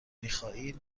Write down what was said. میخائیل